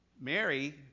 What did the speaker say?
Mary